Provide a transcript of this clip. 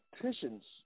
politicians